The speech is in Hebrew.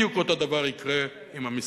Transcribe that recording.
בדיוק אותו דבר יקרה עם המסמכים.